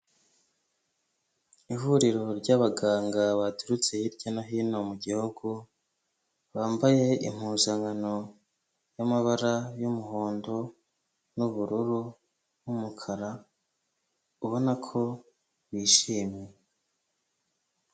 Ihuriro ry'abaganga baturutse hirya no hino mu gihugu, bambaye impuzankano y'amabara y'umuhondo, n'ubururu, n'umukara, ubona ko bishimye.